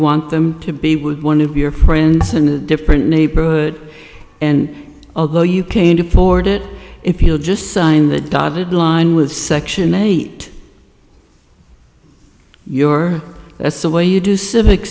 want them to be with one of your friends in a different neighborhood and although you can't afford it if you'll just sign the dotted line with section eight your that's the way you do civic